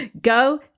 go